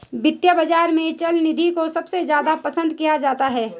वित्तीय बाजार में चल निधि को सबसे ज्यादा पसन्द किया जाता है